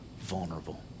vulnerable